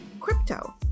crypto